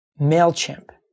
mailchimp